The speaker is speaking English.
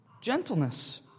gentleness